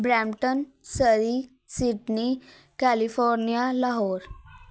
Brampton Surrey Sydney California Lahore